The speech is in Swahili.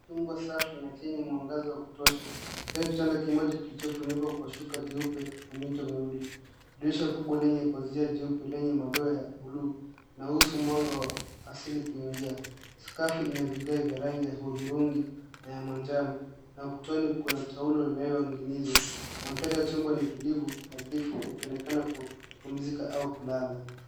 Chumba safi na chenye mwangaza wa kutosha, chenye kitanda kimoja kilichofunikwa kwa shuka jeupe na mito miwili. Dirisha kubwa lenye pazia jeupe lenye madoa ya buluu inaruhusu mwanga wa asili kuingia. Sakafu ina vigae vya rangi ya hudhurungi na ya manjano na ukutani kuna taulo inayoninginizwa. Mandhari ya chumba ni tulivu, nadhifu yakionekana kwa kupumzika au kulala.